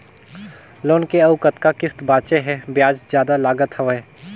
Loan के अउ कतका किस्त बांचें हे? ब्याज जादा लागत हवय,